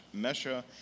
Mesha